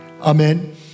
Amen